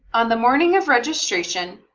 on the morning of registration,